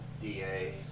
DA